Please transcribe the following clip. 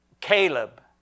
Caleb